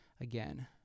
again